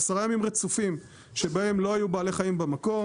10 ימים רצופים שבהם לא היו בעלי חיים במקום,